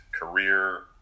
career